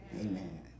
Amen